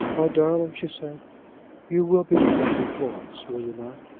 my darling, she said you will be true to florence will you not?